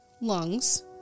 lungs